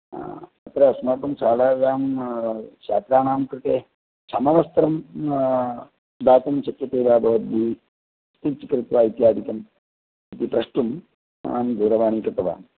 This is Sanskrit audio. हा तत्र अस्माकं शालायां छात्राणां कृते समवस्त्रं दातुं शक्यते वा भवद्भिः स्टिच् कृत्वा इत्यादिकम् इति द्रष्टुम् अहं दूरवाणी कृतवान्